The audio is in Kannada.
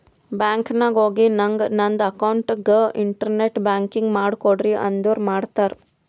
ಬ್ಯಾಂಕ್ ನಾಗ್ ಹೋಗಿ ನಂಗ್ ನಂದ ಅಕೌಂಟ್ಗ ಇಂಟರ್ನೆಟ್ ಬ್ಯಾಂಕಿಂಗ್ ಮಾಡ್ ಕೊಡ್ರಿ ಅಂದುರ್ ಮಾಡ್ತಾರ್